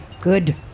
good